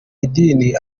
idini